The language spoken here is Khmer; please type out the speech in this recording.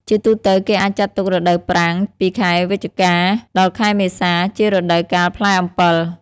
ជាទូទៅ គេអាចចាត់ទុក រដូវប្រាំងពីខែវិច្ឆិកា ដល់ខែមេសា ជារដូវកាលផ្លែអំពិល។